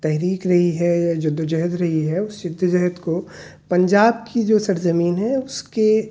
تحریک رہی ہے یا جدّ و جہد رہی ہے اس جدّ و جہد کو پنجاب کی جو سرزمین ہے اس کے